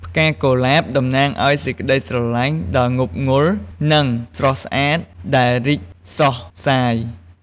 ផ្កាកុលាប តំណាងអោយ សេចក្តីស្រឡាញ់ដ៏ងប់ងល់ និងស្រស់ស្អាត ដែលរីកសុះសាយ។